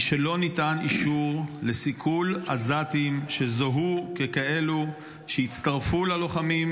היא שלא ניתן אישור לסיכול עזתים שזוהו ככאלה שהצטרפו ללוחמים